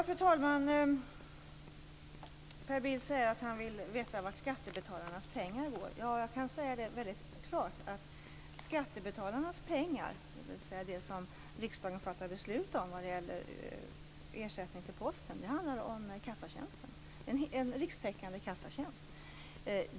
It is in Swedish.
Fru talman! Per Bill säger att han vill veta vart skattebetalarnas pengar går. Det kan jag säga väldigt klart: Skattebetalarnas pengar, dvs. det som riksdagen fattar beslut om vad det gäller ersättning till Posten, går till en rikstäckande kassatjänst.